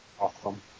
Awesome